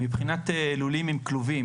מבחינת לולים עם כלובים,